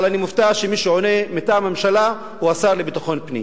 אבל אני מופתע שמי שעונה מטעם הממשלה הוא השר לביטחון פנים.